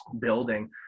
building